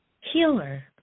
healer